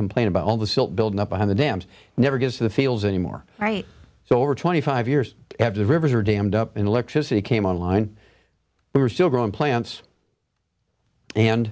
complain about all the silt build up on the dams never gets to the fields any more so over twenty five years after the rivers are dammed up and electricity came online we are still growing plants and